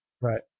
Right